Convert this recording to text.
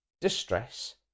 distress